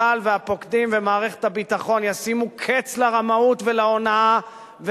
צה"ל והפוקדים ומערכת הביטחון ישימו קץ לרמאות ולהונאה,